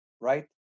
right